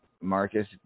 Marcus